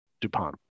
DuPont